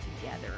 together